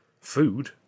Food